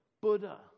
Buddha